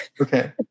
Okay